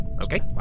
Okay